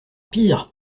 pire